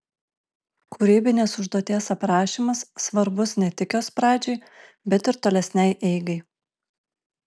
kūrybinės užduoties aprašymas svarbus ne tik jos pradžiai bet ir tolesnei eigai